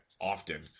often